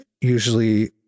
usually